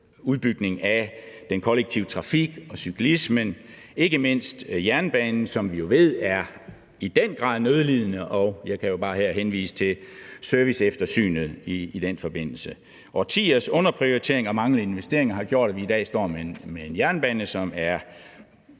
udbygning af den kollektive trafik og cyklismen og ikke mindst jernbanen, som vi jo ved i den grad er nødlidende, og jeg kan jo her bare henvise til serviceeftersynet i den forbindelse. Årtiers underprioritering og manglende investeringer har gjort, at vi i dag står med en jernbane, som er